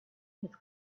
his